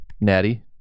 Natty